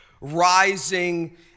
rising